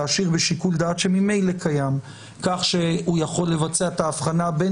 להשאיר לשיקול דעת שממילא קיים כך שהוא יכול לבצע את ההבחנה בין